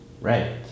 Right